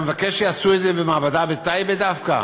אתה מבקש שיעשו את זה במעבדה בטייבה דווקא?